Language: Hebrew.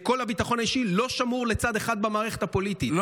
כל הביטחון האישי לא שמור לצד אחד במערכת הפוליטית,